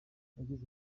yagize